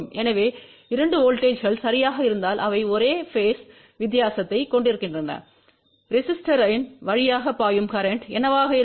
எனவே 2 வோல்ட்டேஜ்ங்கள் சரியாக இருந்தால் அவை ஒரே பேஸ் வித்தியாசத்தைக் கொண்டிருக்கின்றன ரெசிஸ்டோர்யின் வழியாக பாயும் கரேன்ட்டம் என்னவாக இருக்கும்